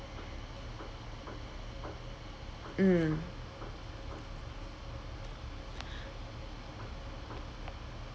mm